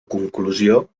conclusió